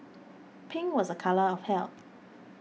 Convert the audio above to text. pink was a colour of health